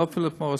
לא פיליפ מוריס.